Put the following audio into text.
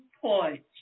point